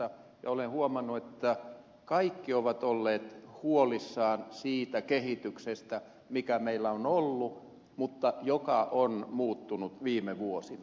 ja olen huomannut että kaikki ovat olleet huolissaan siitä kehityksestä mikä meillä on ollut mutta joka on muuttunut viime vuosina